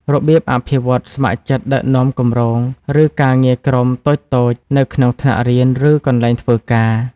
របៀបអភិវឌ្ឍន៍ស្ម័គ្រចិត្តដឹកនាំគម្រោង ឬការងារក្រុមតូចៗនៅក្នុងថ្នាក់រៀន ឬកន្លែងធ្វើការ។